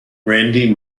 randy